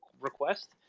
request